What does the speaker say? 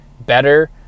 better